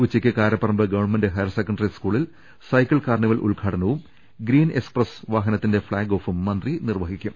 ഉച്ചക്ക് Karaparamba government higher secondary സ്കൂളിൽ cycle carnival ഉദ്ഘാടനവും ഗ്രീൻ എക്സ്പ്രസ് വാഹനത്തിന്റെ ഫ്ളാഗ്ഓഫും മന്ത്രി നിർവ്വഹിക്കും